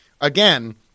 Again